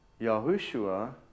Yahushua